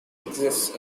exists